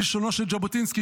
בלשונו של ז'בוטינסקי,